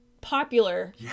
popular